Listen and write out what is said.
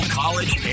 college